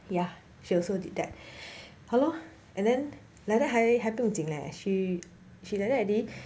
ya she also did that ha lor and then like that 还还不用这样 eh she she like that already